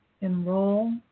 enroll